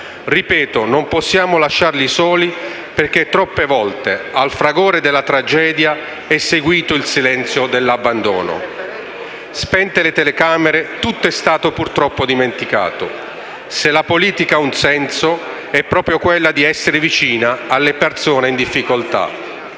Ripeto: non possiamo lasciarli soli, perché troppe volte al fragore della tragedia è seguito il silenzio dell'abbandono. Spente le telecamere, purtroppo tutto è stato dimenticato. Se la politica ha un senso, è proprio quello di essere vicina alle persone in difficoltà.